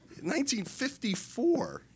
1954